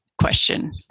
question